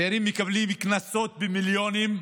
צעירים מקבלים קנסות במיליונים,